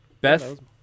Beth